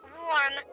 warm